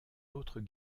autre